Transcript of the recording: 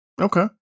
Okay